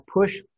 push